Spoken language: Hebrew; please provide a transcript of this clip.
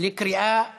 בקריאה שנייה.